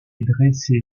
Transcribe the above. dressé